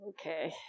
Okay